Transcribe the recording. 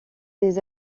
des